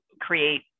create